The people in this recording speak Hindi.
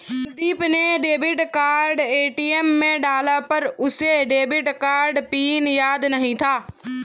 कुलदीप ने डेबिट कार्ड ए.टी.एम में डाला पर उसे डेबिट कार्ड पिन याद नहीं था